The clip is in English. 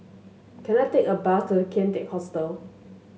can I take a bus to Kian Teck Hostel